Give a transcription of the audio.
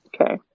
Okay